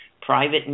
private